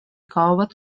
kaovad